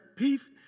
Peace